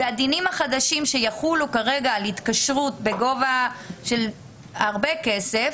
והדינים החדשים שיחולו כרגע על התקשרות בגובה של הרבה כסף